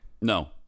No